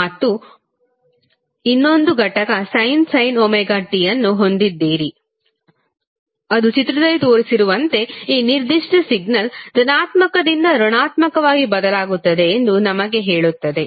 ಮತ್ತು ನಂತರ ನೀವು ಇನ್ನೊಂದು ಘಟಕ sin ωt ವನ್ನು ಹೊಂದಿದ್ದೀರಿ ಅದು ಚಿತ್ರದಲ್ಲಿ ತೋರಿಸಿರುವಂತೆ ಈ ನಿರ್ದಿಷ್ಟ ಸಿಗ್ನಲ್ ಧನಾತ್ಮಕದಿಂದ ಋಣಾತ್ಮಕವಾಗಿ ಬದಲಾಗುತ್ತದೆ ಎಂದು ನಮಗೆ ಹೇಳುತ್ತದೆ